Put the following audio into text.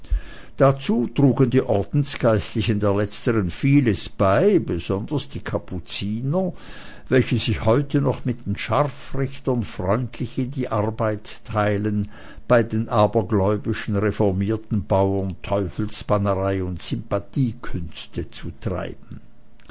dazu trugen die ordensgeistlichen der letztern vieles bei besonders die kapuziner welche sich heute noch mit den scharfrichtern freundschaftlich in die arbeit teilen bei den abergläubischen reformierten bauern teufelsbannerei und sympathiekünste zu treiben